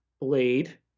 Blade